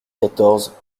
quatorze